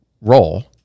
role